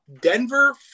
Denver